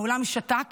העולם שתק